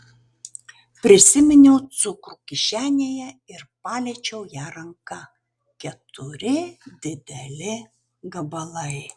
prisiminiau cukrų kišenėje ir paliečiau ją ranka keturi dideli gabalai